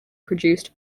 produced